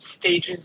stages